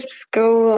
school